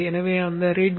எனவே அந்த readme